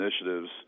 initiatives